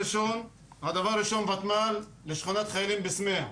הדבר הראשון הוא ותמ"ל ושכונת חיילים בסמיע.